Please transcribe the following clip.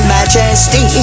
Majesty